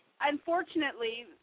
unfortunately